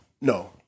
No